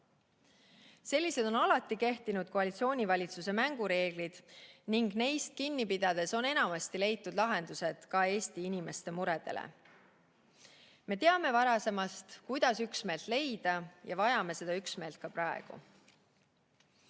Sellised on alati kehtinud koalitsioonivalitsuse mängureeglid ning neist kinni pidades on enamasti leitud lahendused ka Eesti inimeste muredele. Me teame varasemast, kuidas üksmeelt leida, ja vajame seda üksmeelt ka praegu.